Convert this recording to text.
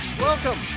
Welcome